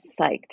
psyched